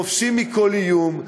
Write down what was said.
חופשי מכל איום,